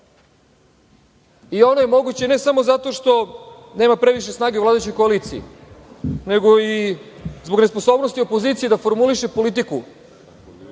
i ono je moguće, ne samo zato što nema previše snage u vladajućoj koaliciji, nego i zbog nesposobnosti opozicije da formuliše politiku